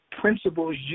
principles